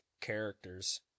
characters